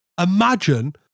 Imagine